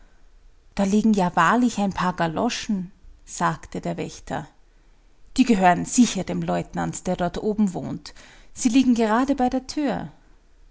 da liegen ja wahrlich ein paar galoschen sagte der wächter die gehören sicher dem leutnant der dort oben wohnt sie liegen gerade bei der thür